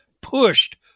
pushed